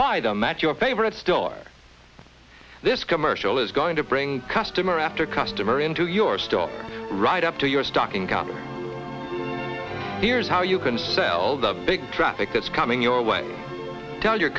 buy them at your favorite store this commercial is going to bring customer after customer into your store right up to your stocking cap here's how you can sell the big traffic that's coming your way tell your